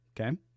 Okay